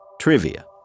Trivia